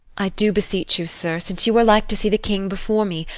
i do beseech you, sir, since you are like to see the king before me,